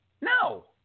No